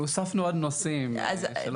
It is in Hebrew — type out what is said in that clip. הוספנו עוד נושאים, זה לא.